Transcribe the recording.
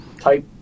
type